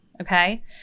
okay